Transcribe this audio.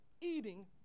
eating